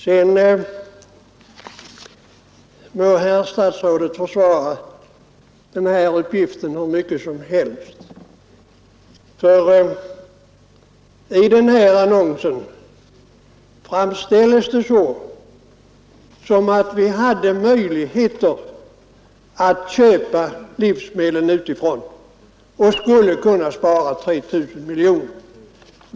Sedan må herr statsrådet försvara den aktuella uppgiften om de 3 000 miljonerna hur mycket som helst, för i annonsen framställs saken som om vi hade möjligheter att köpa livsmedlen utifrån och skulle kunna spara 3000 miljoner.